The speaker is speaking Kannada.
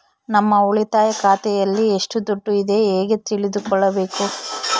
ನಮ್ಮ ಉಳಿತಾಯ ಖಾತೆಯಲ್ಲಿ ಎಷ್ಟು ದುಡ್ಡು ಇದೆ ಹೇಗೆ ತಿಳಿದುಕೊಳ್ಳಬೇಕು?